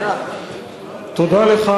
בבקשה,